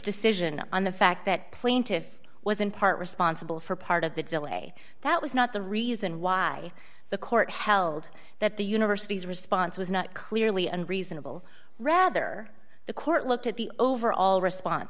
decision on the fact that plaintiff was in part responsible for part of the delay that was not the reason why the court held that the university's response was not clearly and reasonable rather the court looked at the overall respon